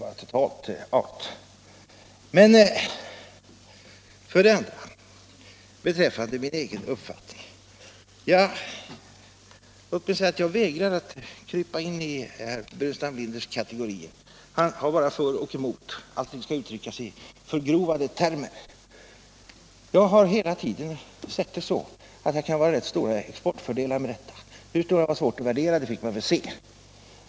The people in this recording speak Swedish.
För det andra: Beträffande min egen uppfattning vill jag säga, att jag vägrar att krypa in i herr Burenstam Linders kategorier. Han har bara ”för” och ”emot”. Allting skall uttryckas i förgrovade termer. Jag har hela tiden sett saken så, att det kan vara vissa exportfördelar med en anslutning; hur stora är det svårt att värdera, så det fick man väl se.